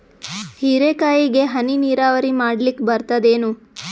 ಹೀರೆಕಾಯಿಗೆ ಹನಿ ನೀರಾವರಿ ಮಾಡ್ಲಿಕ್ ಬರ್ತದ ಏನು?